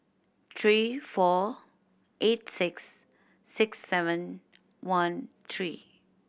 three four eight six six seven one three